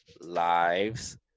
lives